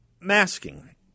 Masking